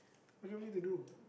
what do you want me to do